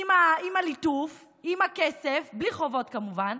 עם הליטוף, עם הכסף, בלי חובות, כמובן,